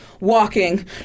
walking